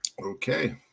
Okay